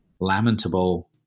lamentable